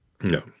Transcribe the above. No